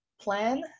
plan